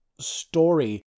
story